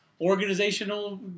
organizational